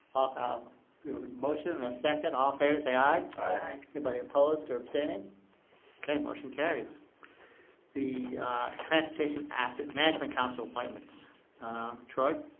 ah motion in a second all favor say aye all right good buddy a poster abstaining okay motion carries the transportation asset management council appointments troy